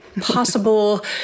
possible